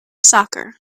soccer